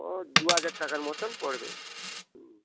ও দু হাজার টাকার মতোন পড়বে হু